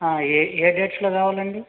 ఏ ఏ డేట్స్లో కావలండి